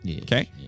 Okay